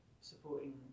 supporting